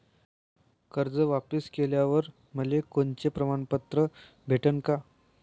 कर्ज वापिस केल्यावर मले कोनचे प्रमाणपत्र भेटन का?